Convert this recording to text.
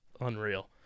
unreal